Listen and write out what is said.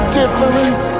different